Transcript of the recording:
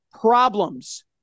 problems